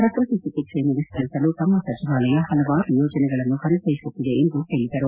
ಪ್ರಕೃತಿ ಚಿಕಿತ್ತೆಯನ್ನು ವಿಸ್ತರಿಸಲು ತಮ್ಮ ಸಚಿವಾಲಯ ಪಲವಾರು ಯೋಜನೆಗಳನ್ನು ಪರಿಚಯಿಸುತ್ತಿದೆ ಎಂದು ಹೇಳದರು